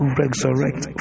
resurrect